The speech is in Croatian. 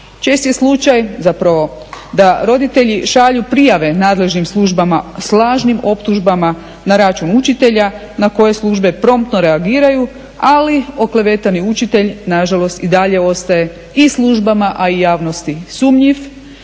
Čest je slučaj da roditelji šalju prijave nadležnim službama s lažnim optužbama na račun učitelja na koje službe promptno reagiraju, ali oklevetani učitelj nažalost i dalje ostaje i službama, a i javnosti sumnjiv